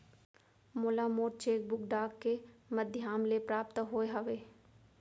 मोला मोर cheque book डाक के मध्याम ले प्राप्त होय हवे